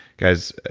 guys,